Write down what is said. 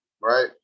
right